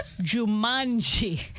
Jumanji